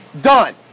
done